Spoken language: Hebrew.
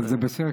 אבל זה בסדר,